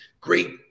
great